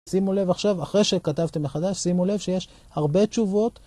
שימו לב עכשיו, אחרי שכתבתם מחדש, שימו לב שיש הרבה תשובות.